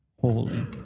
holy